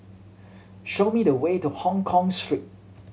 show me the way to Hongkong Street